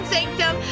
Sanctum